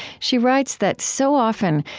she writes that so often,